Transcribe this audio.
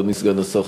אדוני סגן השר,